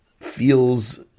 feels